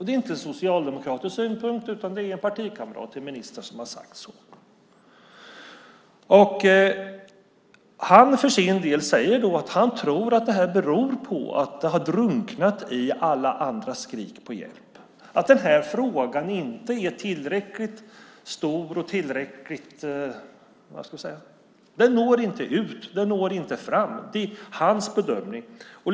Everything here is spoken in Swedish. Det var inte en socialdemokratisk synpunkt, utan det var en partikamrat till ministern som sade så. Orsaken trodde han var att detta har drunknat i alla andra skrik på hjälp. Den här frågan är inte tillräckligt stor. Den når inte ut. Den når inte fram. Det var hans bedömning.